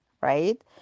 right